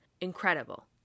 incredible